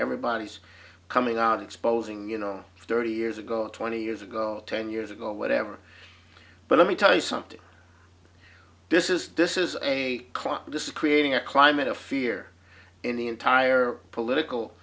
everybody's coming out exposing you know thirty years ago twenty years ago ten years ago whatever but let me tell you something this is this is a clock discreate in a climate of fear in the entire political